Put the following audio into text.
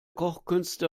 kochkünste